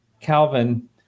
Calvin